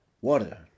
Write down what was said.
Water